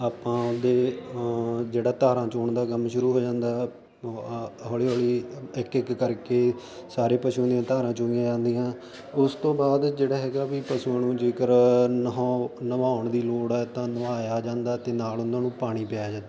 ਆਪਾਂ ਉਹਦੇ ਜਿਹੜਾ ਧਾਰਾ ਚੋਣ ਦਾ ਕੰਮ ਸ਼ੁਰੂ ਹੋ ਜਾਂਦਾ ਹੌਲੀ ਹੌਲੀ ਇੱਕ ਇੱਕ ਕਰਕੇ ਸਾਰੇ ਪਸ਼ੂਆਂ ਦੀਆਂ ਧਾਰਾਂ ਚੋਈਆਂ ਜਾਂਦੀਆਂ ਉਸ ਤੋਂ ਬਾਅਦ ਜਿਹੜਾ ਹੈਗਾ ਵੀ ਪਸ਼ੂਆਂ ਨੂੰ ਜੇਕਰ ਨਹੋ ਨਵੋਣ ਦੀ ਲੋੜ ਹੈ ਤਾਂ ਨਵਾਇਆ ਜਾਂਦਾ ਤੇ ਨਾਲ ਉਹਨਾਂ ਨੂੰ ਪਾਣੀ ਪਿਆਇਆ ਜਾਦਾ